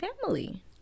family